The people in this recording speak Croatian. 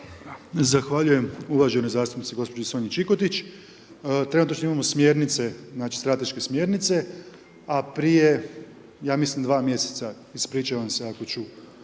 Zahvaljujem uvaženoj zastupnici gospođi Sonji Čikotić. Trenutačno imamo smjernice, znači strateške smjernice a prije ja mislim 2 mjeseca, ispričavam se ako ću